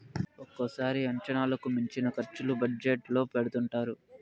ఒక్కోసారి అంచనాలకు మించిన ఖర్చులు బడ్జెట్ లో పెడుతుంటారు